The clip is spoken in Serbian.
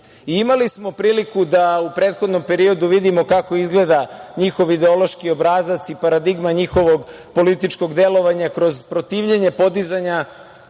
režima. Imali smo priliku da u prethodnom periodu vidimo kako izgleda njihov ideološki obrazac i paradigma njihovog političkog delovanja kroz protivljenje podizanja